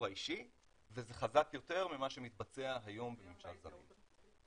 האישי וזה חזק יותר ממה שמתבצע היום בממשל זמין.